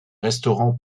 restaurants